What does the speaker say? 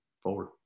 forward